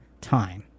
time